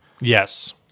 Yes